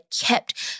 kept